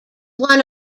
one